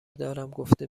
دارمگفته